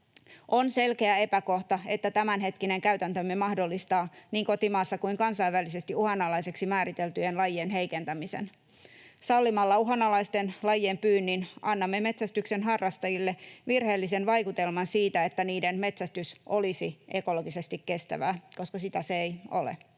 On selkeä epäkohta, että tämänhetkinen käytäntömme mahdollistaa niin kotimaassa kuin kansainvälisesti uhanalaiseksi määriteltyjen lajien heikentämisen. Sallimalla uhanalaisten lajien pyynnin annamme metsästyksen harrastajille virheellisen vaikutelman siitä, että niiden metsästys olisi ekologisesti kestävää, koska sitä se ei ole.